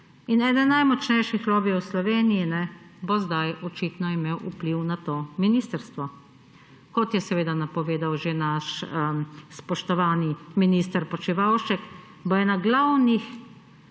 In eden najmočnejših lobijev v Sloveniji bo sedaj očitno imel vpliv na to ministrstvo. Kot je seveda napovedal že naš spoštovani minister Počivalšek, bo ena glavnih